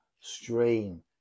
stream